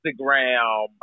Instagram